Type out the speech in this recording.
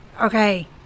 Okay